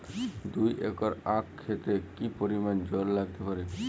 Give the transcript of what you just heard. দুই একর আক ক্ষেতে কি পরিমান জল লাগতে পারে?